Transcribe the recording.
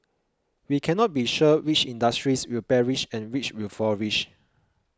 we cannot be sure which industries will perish and which will flourish